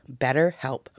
BetterHelp